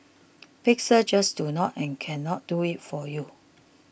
pixels just do not and cannot do it for you